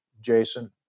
jason